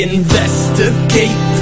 Investigate